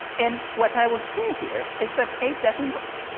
and what i will say here is that aid doesn't work.